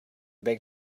big